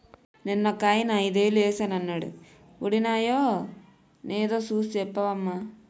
నిన్నొకాయన ఐదేలు ఏశానన్నాడు వొడినాయో నేదో సూసి సెప్పవమ్మా